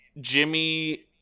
Jimmy